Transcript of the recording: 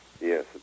yes